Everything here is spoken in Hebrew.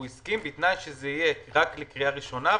הוא הסכים בתנאי שזה יהיה רק לקריאה ראשונה,